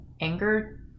anger